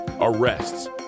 arrests